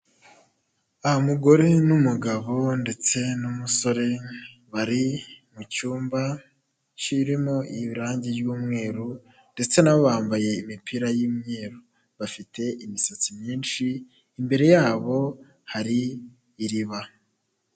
Umugore n'umugabo ndetse n'umusore, bari mu cyumba kirimo irangi ry'umweru, ndetse nabo bambaye imipira y'imyeru, bafite imisatsi myinshi, imbere y'abo hari iriba.